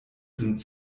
sind